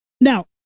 Now